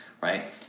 right